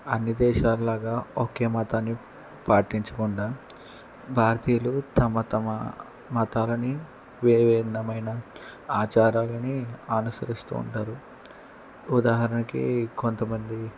అన్ని దేశాలలాగా ఒకే మతాన్ని పాటించకుండా భారతీయులు తమ తమ మతాలని విభిన్నమైన ఆచారాలని అనుసరిస్తూ ఉంటారు ఉదాహరణకి కొంతమంది